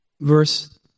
Verse